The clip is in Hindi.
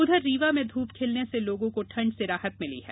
उधर रीवा में धूप खिलने से लोगों को ठंड से राहत मिली है